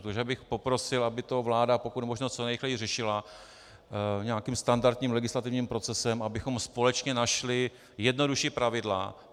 Takže bych poprosil, aby to vláda pokud možno co nejrychleji řešila nějakým standardním legislativním procesem, abychom společně našli jednodušší pravidla.